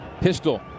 Pistol